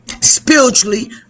Spiritually